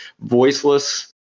voiceless